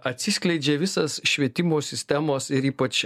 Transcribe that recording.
atsiskleidžia visas švietimo sistemos ir ypač